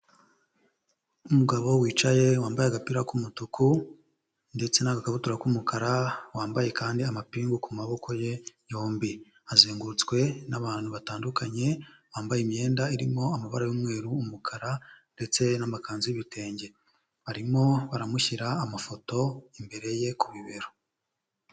Umugabo wicaye wambaye agapira k'umutuku ndetse n'agakabutura k'umukara, wambaye kandi amapingu ku maboko ye yombi, azengurutswe n'abantu batandukanye bambaye imyenda irimo amabara y'umweru, umukara ndetse n'amakanzu y'ibitenge, barimo baramushyira amafoto imbere ye ku bibero.